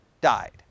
died